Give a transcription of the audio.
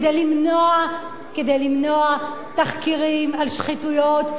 כדי למנוע תחקירים על שחיתויות.